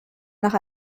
nach